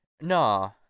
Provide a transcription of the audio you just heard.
No